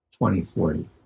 2040